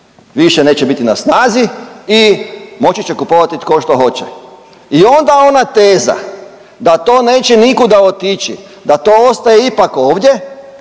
više neće biti na snazi i moći će kupovati tko što hoće. I onda ona teza da to neće nikuda otići, da to ostaje ipak ovdje